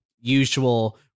usual